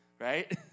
right